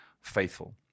faithful